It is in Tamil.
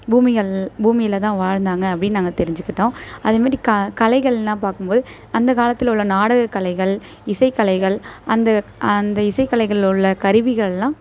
பூமிகள் பூமியில் தான் வாழ்ந்தாங்க அப்படினு நாங்கள் தெரிஞ்சுக்கிட்டோம் அது மாரி க கலைகளெலாம் பார்க்கும் போது அந்த காலத்தில் உள்ள நாடகக் கலைகள் இசைக் கலைகள் அந்த அந்த இசைக்கலைகளில் உள்ள கருவிகளெலாம்